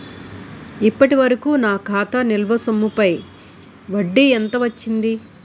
ఇప్పటి వరకూ నా ఖాతా నిల్వ సొమ్ముపై వడ్డీ ఎంత వచ్చింది?